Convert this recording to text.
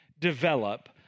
develop